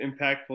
impactful